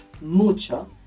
mucho